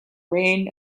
reign